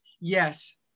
Yes